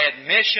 admission